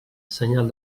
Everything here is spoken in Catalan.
senyal